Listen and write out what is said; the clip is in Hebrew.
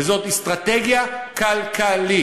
וזאת אסטרטגיה כלכלית,